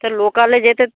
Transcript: তা লোকালে যেতে